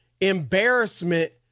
embarrassment